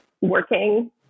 working